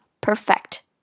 perfect